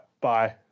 Bye